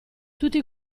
tutti